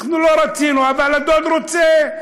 אנחנו לא רצינו, אבל הדוד רוצה.